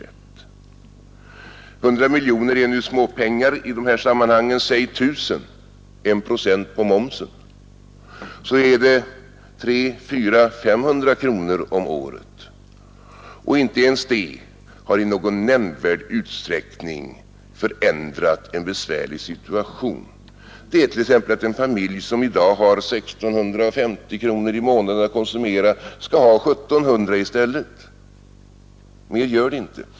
100 miljoner är nu små pengar i dessa sammanhang. Säg 1 000 miljoner kronor, I procent på momsen, så blir det 300, 400, 500 kronor om året, men inte ens det förändrar i någon nämnvärd utsträckning en besvärlig situation. En familj som i dag har 1 650 kronor i månaden att konsumera skall ha 1 700 i stället. Mer gör det inte.